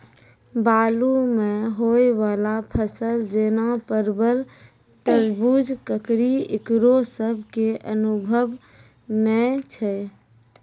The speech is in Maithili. बालू मे होय वाला फसल जैना परबल, तरबूज, ककड़ी ईकरो सब के अनुभव नेय छै?